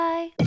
Bye